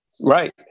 Right